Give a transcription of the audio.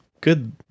good